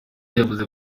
yavuze